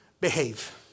behave